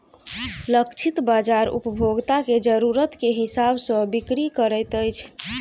लक्षित बाजार उपभोक्ता के जरुरत के हिसाब सॅ बिक्री करैत अछि